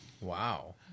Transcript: Wow